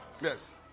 Yes